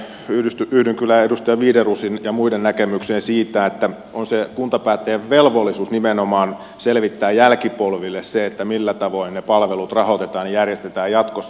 yhdyn kyllä edustaja wideroosin ja muiden näkemykseen siitä että on kuntapäättäjän velvollisuus nimenomaan selvittää jälkipolville se millä tavoin ne palvelut rahoitetaan ja järjestetään jatkossa